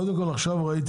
עכשיו ראיתי